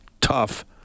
tough